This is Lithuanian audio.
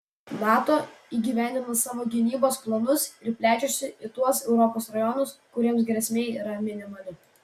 nato įgyvendina savo gynybos planus ir plečiasi į tuos europos rajonus kuriems grėsmė yra minimali